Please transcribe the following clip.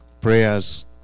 prayers